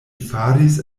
faris